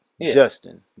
Justin